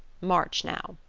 march, now.